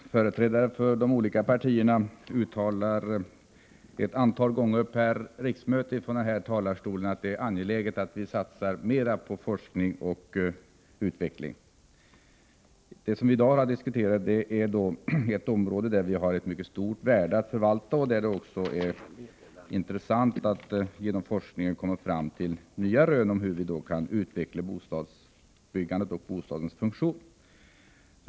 Herr talman! Företrädare för de olika partierna uttalar ett antal gånger per riksmöte från denna talarstol att det är angeläget att vi satsar mera på forskning och utveckling. Vad vi i dag har diskuterat är ett område där vi har ett mycket stort värde att förvalta och där det är intressant att genom forskning komma fram till nya rön om hur vi kan utveckla bostadsbyggandet och bostadens funktion.